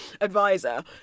advisor